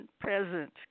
present